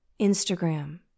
Instagram